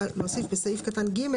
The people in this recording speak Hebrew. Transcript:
בסעיף קטן (ג),